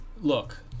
look –